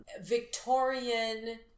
Victorian